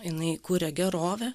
jinai kuria gerovę